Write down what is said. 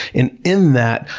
in in that,